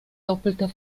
doppelter